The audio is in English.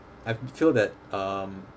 I feel that um